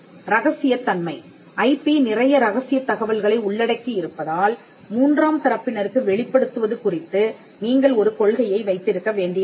இரகசியத்தன்மை IP நிறைய ரகசியத் தகவல்களை உள்ளடக்கி இருப்பதால் மூன்றாம் தரப்பினருக்கு வெளிப்படுத்துவது குறித்து நீங்கள் ஒரு கொள்கையை வைத்திருக்க வேண்டியிருக்கும்